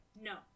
No